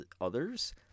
others